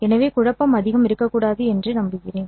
எனவே குழப்பம் அதிகம் இருக்கக்கூடாது என்று நம்புகிறோம்